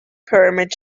pyramid